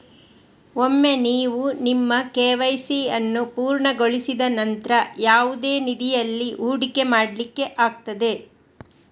ಒಮ್ಮೆ ನೀವು ನಿಮ್ಮ ಕೆ.ವೈ.ಸಿ ಅನ್ನು ಪೂರ್ಣಗೊಳಿಸಿದ ನಂತ್ರ ಯಾವುದೇ ನಿಧಿಯಲ್ಲಿ ಹೂಡಿಕೆ ಮಾಡ್ಲಿಕ್ಕೆ ಆಗ್ತದೆ